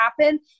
happen